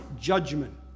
judgment